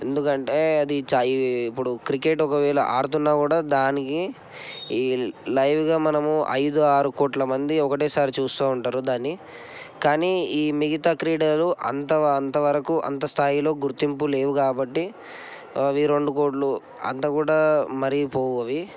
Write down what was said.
ఎందుకంటే అదీ ఇది ఇప్పుడు క్రికెట్ ఒకవేళ ఆడుతున్న కూడా దానికి ఇయ్ లైవుగా మనము ఐదు ఆరు కోట్లమంది ఒకటేసారి చుస్తూ ఉంటారు దాన్ని కానీ ఈ మిగతా క్రీడలు అంత అంతవరకు అంతస్థాయిలో గుర్తింపు లేవు కాబట్టి అవి రెండు కోట్లు అంతకూడా మరీపోవు అవి